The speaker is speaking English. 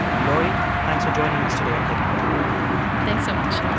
laurie, thanks for joining us today on hidden brain thanks so much